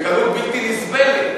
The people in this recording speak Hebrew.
בקלות בלתי נסבלת?